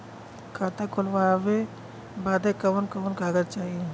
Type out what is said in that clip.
खाता खोलवावे बादे कवन कवन कागज चाही?